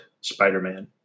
Spider-Man